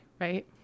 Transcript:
right